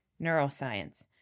neuroscience